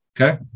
Okay